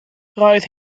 roedd